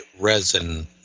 resin